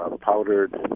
powdered